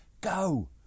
Go